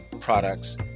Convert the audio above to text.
products